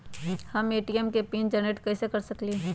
हम ए.टी.एम के pin generate कईसे कर सकली ह?